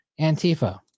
Antifa